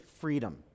freedom